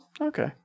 Okay